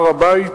הר-הבית,